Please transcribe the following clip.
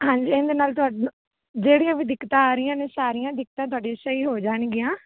ਹਾਂਜੀ ਇਹਦੇ ਨਾਲ ਤੁਹਾਨੂੰ ਜਿਹੜੀਆਂ ਵੀ ਦਿੱਕਤਾਂ ਆ ਰਹੀਆਂ ਨੇ ਸਾਰੀਆਂ ਦਿੱਕਤਾਂ ਤੁਹਾਡੀਆਂ ਸਹੀ ਹੋ ਜਾਣਗੀਆਂ